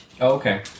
Okay